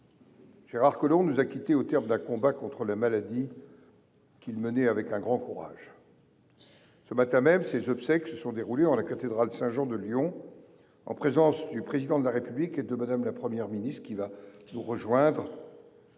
Gérard Collomb nous a quittés au terme d’un combat contre la maladie, qu’il menait avec un grand courage. Ce matin même, ses obsèques se sont déroulées en la cathédrale Saint Jean de Lyon, en présence du Président de la République et de Mme la Première ministre, qui va nous rejoindre.